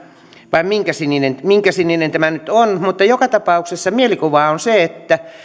vai minkä sininen minkä sininen tämä nyt on joka tapauksessa mielikuva on se että